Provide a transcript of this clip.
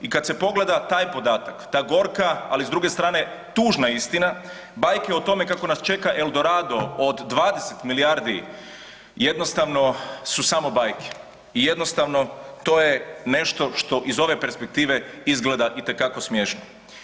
I kad se pogleda taj podatak, ta gorka, ali s druge strane tužna istina, bajke o tome kako nas čeka El Dorado od 20 milijardi, jednostavno su samo bajke i jednostavno to je nešto što iz ove perspektive izgleda itekako smiješno.